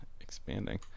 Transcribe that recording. expanding